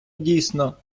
дійсно